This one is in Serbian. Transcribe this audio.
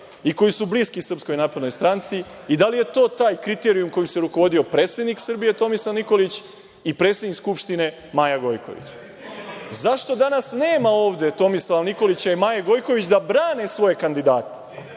i koji su bliski Srpskoj naprednoj stranci i da li je to taj kriterijum kojim se rukovodio predsednik Srbije Tomislav Nikolić i predsednik Skupštine Maja Gojković? Zašto danas nema ovde Tomislava Nikolića i Maje Gojković da brane svoje kandidate?